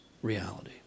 reality